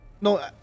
No